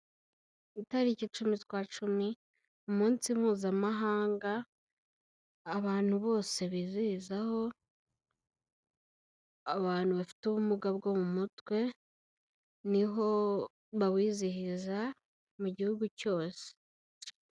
Itariki cumi z'ukwacumi, umunsi mpuzamahanga abantu bose bizizaho abantu bafite ubumuga bwo mu mutwe, niho bawizihiza mu gihugu cyose.